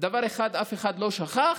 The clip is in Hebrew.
דבר אחד אף אחד לא שכח: